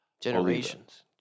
generations